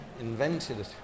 invented